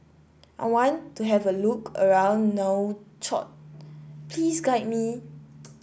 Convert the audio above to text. I want to have a look around Nouakchott Please guide me